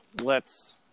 lets